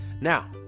Now